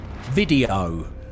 Video